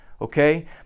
Okay